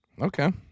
Okay